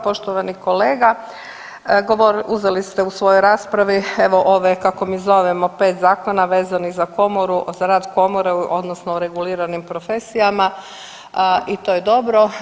Poštovani kolega uzeli ste u svojoj raspravi evo ove kako mi zovemo 5 zakona vezanih za komoru, za rad komore odnosno o reguliranim profesijama i to je dobro.